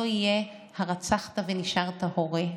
לא יהיה הרצחת ונשארת הורה.